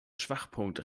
schwachpunkt